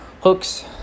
hooks